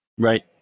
Right